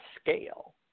scale